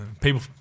people